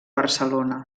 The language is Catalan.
barcelona